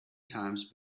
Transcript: times